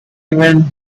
event